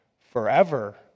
forever